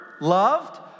loved